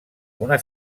una